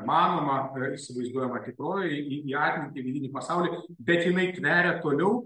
manoma įsivaizduojama tikrovė į atmintį į vidinį pasaulį bet jinai tveria toliau